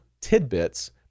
tidbits